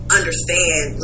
understand